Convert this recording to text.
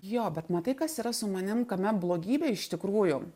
jo bet matai kas yra su manim kame blogybė iš tikrųjų